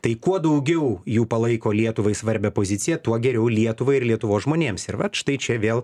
tai kuo daugiau jų palaiko lietuvai svarbią poziciją tuo geriau lietuvai ir lietuvos žmonėms ir vat štai čia vėl